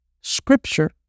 scripture